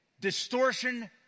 distortion